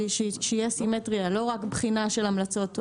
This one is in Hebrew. שתהיה סימטריה לא רק בחינת המלצות אופרטיביות.